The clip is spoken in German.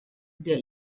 der